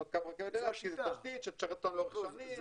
קו רכבת לאילת שהיא תשתית שתשרת אותנו לאורך שנים.